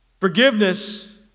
Forgiveness